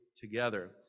together